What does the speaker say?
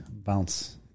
Bounce